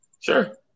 Sure